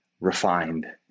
refined